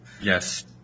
Yes